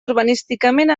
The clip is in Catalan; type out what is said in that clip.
urbanísticament